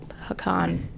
hakan